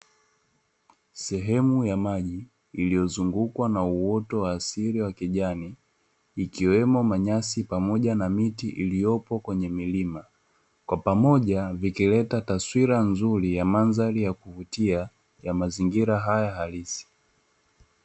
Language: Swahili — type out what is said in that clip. Sehemu ya maji, iliyozungukwa na uoto wa asili wa kijani, ikiwemo manyasi pamoja na miti iliyopo kwenye milima, kwa pamoja vikileta taswira nzuri ya kuvutia ya mazingira haya halisi.